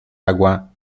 agua